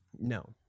No